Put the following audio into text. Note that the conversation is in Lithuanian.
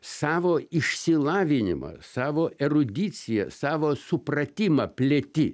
savo išsilavinimą savo erudiciją savo supratimą plėti